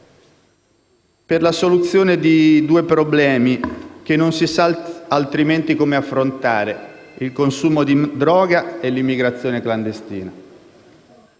per la soluzione di due problemi che non si sa altrimenti come affrontare: il consumo di droga e l'immigrazione clandestina.